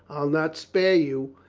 i'll not spare you.